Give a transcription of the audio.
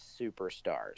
superstars